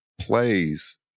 plays